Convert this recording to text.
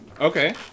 Okay